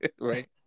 Right